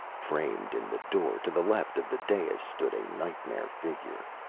framed in the door to the left of the dais stood a nightmare figure.